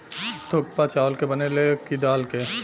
थुक्पा चावल के बनेला की दाल के?